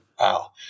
Wow